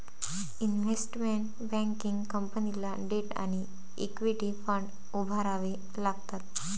investment banking कंपनीला debt आणि equity fund उभारावे लागतात